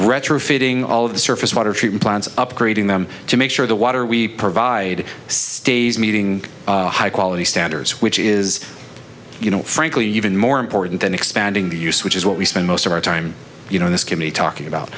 retrofitting all of the surface water treatment plants upgrading them to make sure the water we provide stays meeting high quality standards which is you know frankly even more important than expanding the use which is what we spend most of our time you know this committee talking about